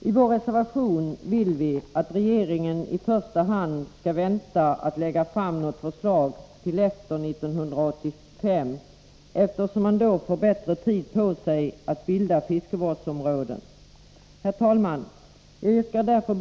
I vår reservation vill vi att regeringen i första hand skall vänta med att lägga fram förslag till efter 1985, för då har man bättre tid på sig att bilda fiskevårdsområden.